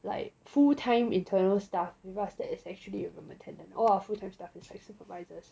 like full time internal staff with us that is actually a room attendant all of our full time staff is like supervisors